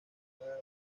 cada